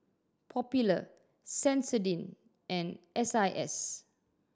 Popular Sensodyne and S I S